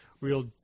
Real